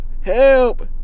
help